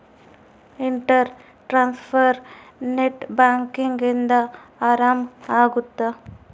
inter transfer net banking ಇಂದ ಆರಾಮ ಅಗುತ್ತ